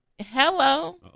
Hello